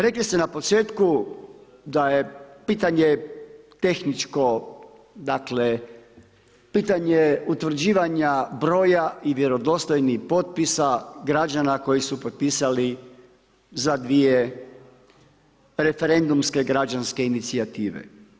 Rekli ste na početku da je pitanje tehničko, dakle, pitanje utvrđivanje broja i vjerodostojnih potpisa građana koji su potpisali za dvije referendumske građanske inicijative.